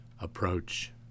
Approach